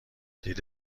دید